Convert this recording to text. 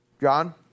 John